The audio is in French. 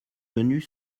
venus